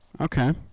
Okay